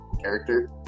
character